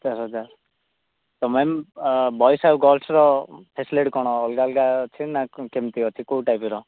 ଛ ହଜାର ତ ମ୍ୟାମ୍ ବଏଜ୍ ଆଉ ଗାର୍ଲସର ଫେସିଲିଟି କ'ଣ ଅଲଗା ଅଲଗା ଅଛି ନା କେମିତି ଅଛି କେଉଁ ଟାଇପ୍ର